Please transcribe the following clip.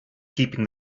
keeping